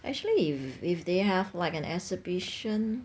actually if if they have like an exhibition